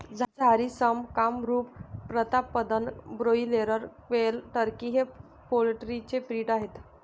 Jharsim, Kamrup, Pratapdhan, broiler, quail, turkey हे poultry चे breed आहेत